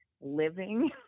living